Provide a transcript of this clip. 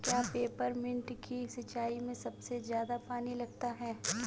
क्या पेपरमिंट की सिंचाई में सबसे ज्यादा पानी लगता है?